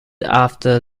after